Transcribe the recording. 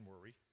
worry